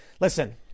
listen